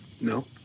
No